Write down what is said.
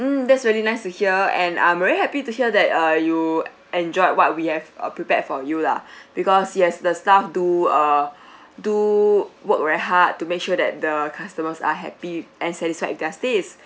mm that's really nice to hear and I'm very happy to hear that uh you enjoyed what we have uh prepared for you lah because yes the staff do uh do work very hard to make sure that the customers are happy and satisfied with their stays